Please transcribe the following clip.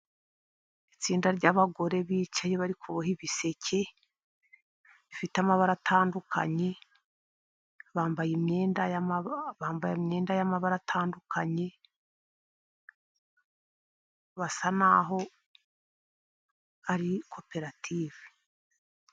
Itsinda ry'abagore bicaye bari kuboha ibiseke bifite amabara atandukanye, bambaye imyenda bambaye imyenda y'amabara atandukanye, bisa n'aho ari koperative.